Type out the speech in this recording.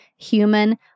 human